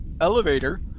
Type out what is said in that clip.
elevator